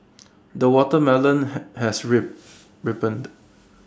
the watermelon has re ripened